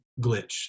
glitch